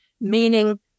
Meaning